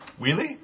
Wheelie